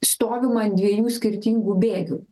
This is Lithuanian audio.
stovima ant dviejų skirtingų bėgių